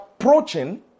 approaching